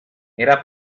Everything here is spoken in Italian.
era